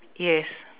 yes